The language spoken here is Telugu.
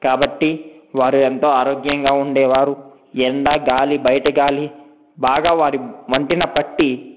కాబట్టి వారు ఎంతో ఆరోగ్యంగా ఉండేవారు ఎండ గాలి బయట గాలి బాగా వారి ఒంటికి పట్టి